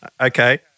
Okay